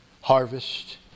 harvest